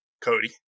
Cody